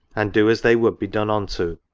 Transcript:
and do as they would be done unto,